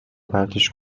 پرتش